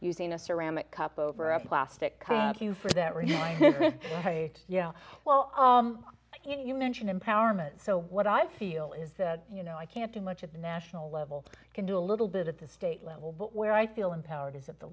using a ceramic cup over a plastic cup you for that reason yeah well you mentioned empowerment so what i feel is you know i can't do much at the national level can do a little bit at the state level but where i feel empowered is at the